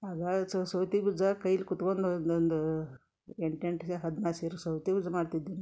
ಆಗ ಸೌತಿಬೀಜ ಕೈಲಿ ಕುತ್ಕೊಂದ್ ಒಂದೊಂದು ಎಂಟೆಂಟು ಸ್ಯಾ ಹದಿನಾರು ಸೇರು ಸೌತಿಬೀಜ ಮಾಡ್ತಿದ್ವಿ ನಾವು